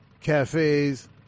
cafes